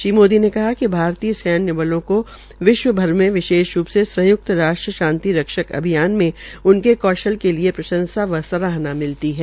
श्री मोदी ने कहा कि भारतीय सैन्य बलो को विश्व भर में विशेष रूप से संयुक्त राष्ट्र शांति रक्षक अभियान में उनके कौशल के लिये प्रशंसा व सराहना मिलती है